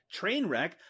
Trainwreck